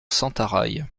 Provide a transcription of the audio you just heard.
sentaraille